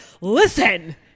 Listen